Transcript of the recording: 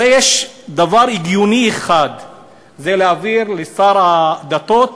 הרי יש דבר הגיוני אחד להעביר לשר הדתות,